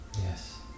Yes